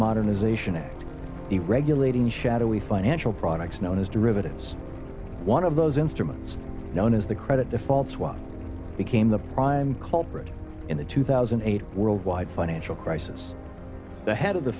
modernization act deregulating shadowy financial products known as derivatives one of those instruments known as the credit default swap became the prime culprit in the two thousand and eight worldwide financial crisis the head of the